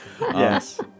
Yes